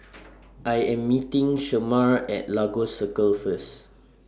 I Am meeting Shemar At Lagos Circle First